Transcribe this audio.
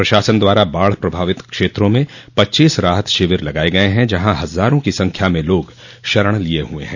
प्रशासन द्वारा बाढ़ प्रभावित क्षेत्रों में पच्चीस राहत शिविर लगाये गये हैं जहां हजारो की संख्या में लोग शरण लिये हुए हैं